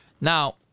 Now